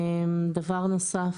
דבר נוסף.